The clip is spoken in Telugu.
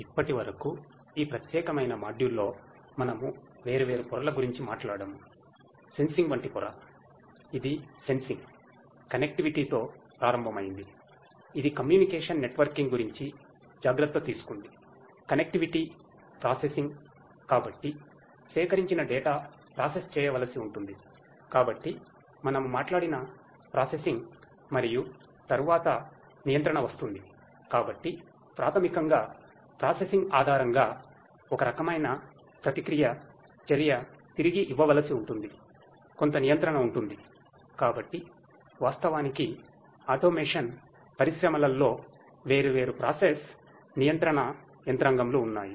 ఇప్పటి వరకు ఈ ప్రత్యేకమైన మాడ్యూల్ నియంత్రణ యంత్రాంగంలు ఉన్నాయి